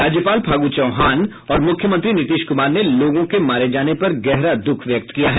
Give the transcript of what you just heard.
राज्यपाल फागू चौहान और मुख्यमंत्री नीतीश कुमार ने लोगों के मारे जाने पर गहरा दुख व्यक्त किया है